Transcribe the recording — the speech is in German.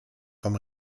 vom